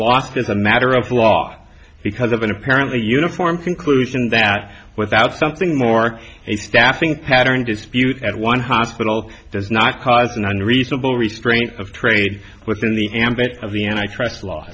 walked as a matter of law because of an apparently uniform conclusion that without something more a staffing pattern dispute at one hospital does not cause an unreasonable restraint of trade within the ambit of the antitrust law